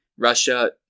Russia